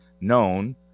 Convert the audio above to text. known